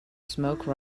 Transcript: smoke